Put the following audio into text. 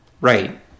right